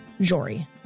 Jory